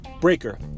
Breaker